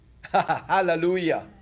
Hallelujah